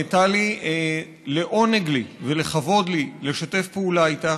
טלי, לעונג לי ולכבוד לי לשתף פעולה איתך.